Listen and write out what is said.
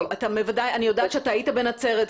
אני יודעת שאתה היית בנצרת,